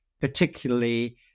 particularly